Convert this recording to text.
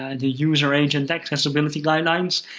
and the user agent accessibility guidelines.